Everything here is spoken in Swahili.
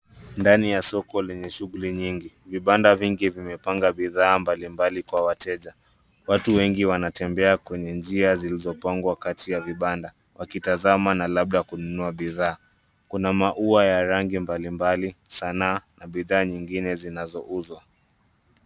Ndani ya soko lenye shughuli nyingi. Vibanda vingi vimepanga bidhaa mbalimbali kwa wateja. Watu wengi wanatembea kwenye njia zilizopangwa kati ya vibanda, wakitazama na labda kununua bidhaa. Kuna maua ya rangi mbalimbali sana na bidha nyingine zinazouzwa.